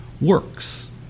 works